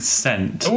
scent